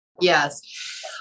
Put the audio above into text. Yes